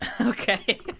Okay